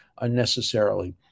unnecessarily